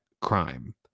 crime